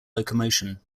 locomotion